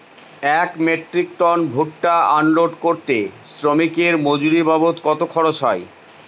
এক metric tonne ভুট্টা unload করতে শ্রমিকের মজুরি বাবদ কত খরচ হয়?